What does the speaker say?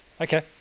Okay